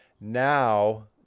Now